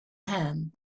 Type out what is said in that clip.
hand